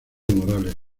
morales